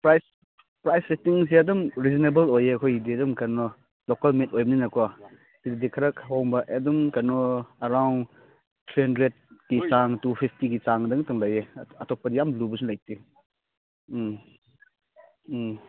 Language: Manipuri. ꯄ꯭ꯔꯥꯏꯁ ꯄ꯭ꯔꯥꯏꯁ ꯔꯦꯠꯇꯤꯡꯁꯦ ꯑꯗꯨꯝ ꯔꯤꯖꯅꯦꯕꯜ ꯑꯣꯏꯌꯦ ꯑꯩꯈꯣꯏꯒꯤꯗꯤ ꯑꯗꯨꯝ ꯀꯩꯅꯣ ꯂꯣꯀꯦꯜ ꯃꯦꯠ ꯑꯣꯏꯕꯅꯤꯅꯀꯣ ꯍꯧꯖꯤꯛꯇꯤ ꯈꯔ ꯍꯣꯡꯕ ꯑꯗꯨꯝ ꯀꯩꯅꯣ ꯑꯔꯥꯎꯟ ꯊ꯭ꯔꯤ ꯍꯟꯗ꯭ꯔꯦꯠꯀꯤ ꯆꯥꯡ ꯇꯨ ꯐꯤꯞꯇꯤꯒꯤ ꯆꯥꯡꯗ ꯉꯥꯛꯇ ꯂꯩꯌꯦ ꯑꯇꯣꯞꯄ ꯌꯥꯝ ꯂꯨꯕꯁꯨ ꯂꯩꯇꯦ ꯎꯝ ꯎꯝ